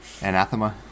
Anathema